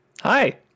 Hi